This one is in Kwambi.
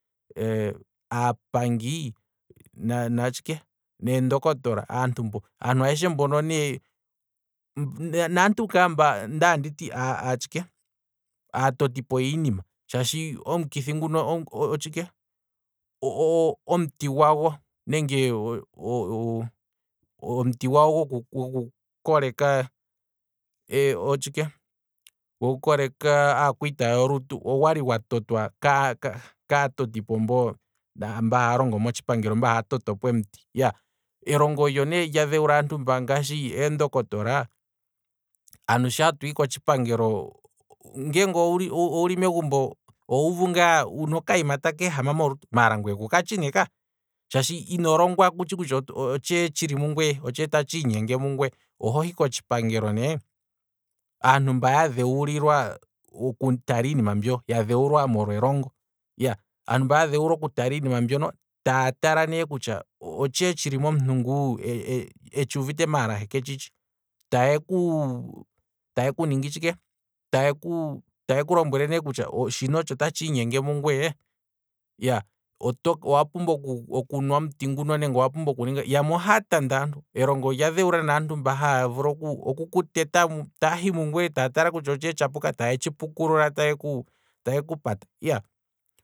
Eee, aapangi natshike neendokotola, aantu ayeshe mbono naamba ngaa kwali anditi atshike, aatotipo yiinima, shaashi omukithi nguno otshike, omuti gwago, nenge omuti gwawo goku koleka otshike, goku koleka aakwita yolutu ogwali gwa totwa kaa toti po mba haya longo motshipangelo mba haya longo motshipangelo mba haya toto po omiti, elongo olyo nee lya dhewula aantu mba ngashi eendokotola, aantusho hatu hi kotshipangelo, ngeenge owuli megumbo, ohuuvu ngaa wuna okayima ta keehama molutu, maala ngweye ku katshi kaa, shaashi ino longwa kutshi kutya otshike tshili mungweye otshee tatshi inyenge mungweye, ohohi kotshipangelo ne. aantu mba yadhewulwa oku tala iinima mbyoo, ya dhewu lilwa molwa elongo, aantu mba ya dhewulwa oku tala iinima mbyono taya tala ne kutya, otshike tshili momuntu nguu etshuuvite maala he ketshitshi, taye ku- taye ku ningi tshike, taye kulombwele ne kutya shino otsho tatshi inyenge mungweye, owa pumbwa okunwa omuti nguno nenge owapumbwa, yamwe ohaya tanda aantu, elongo olya dhewula naantu mba haya vulu oku kuteta taahi mungweye taya tala kutya otshee tsha puka taye tshi pukulula taye ku